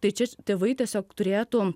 tai čia tėvai tiesiog turėtų